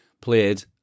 played